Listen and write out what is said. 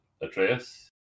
Atreus